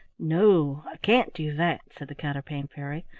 no, i can't do that, said the counterpane fairy,